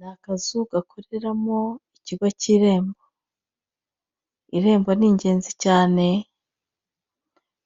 Ni akazu gakoreramo ikigo k'Irembo. Irembo ni ingenzi cyane